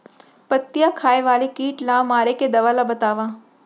पत्तियां खाए वाले किट ला मारे के दवा ला बतावव?